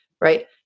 right